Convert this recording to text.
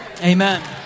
Amen